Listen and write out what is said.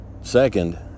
Second